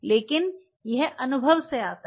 लेकिन यह अनुभव से आता है